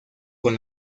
con